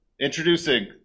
Introducing